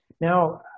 Now